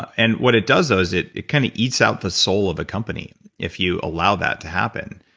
and what it does though is it it kind of eat outs the soul of a company if you allow that to happen.